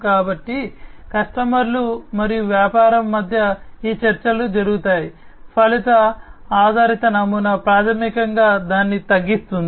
కాబట్టి కస్టమర్లు మరియు వ్యాపారం మధ్య ఈ చర్చలు జరుగుతాయి ఫలిత ఆధారిత నమూనా ప్రాథమికంగా దాన్ని తగ్గిస్తుంది